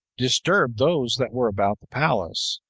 disturbed those that were about the palace,